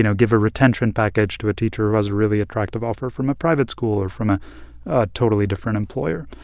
you know give a retention package to a teacher who has a really attractive offer from a private school or from a a totally different employer.